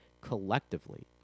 collectively